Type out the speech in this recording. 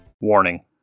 Warning